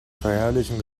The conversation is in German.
verherrlichen